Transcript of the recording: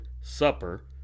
Supper